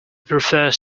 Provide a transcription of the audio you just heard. prefers